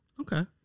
Okay